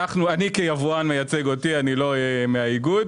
אני כיבואן מייצג אותי, אני לא מהאיגוד.